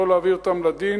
לא להביא אותם לדין